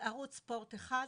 על ערוץ ספורט אחד,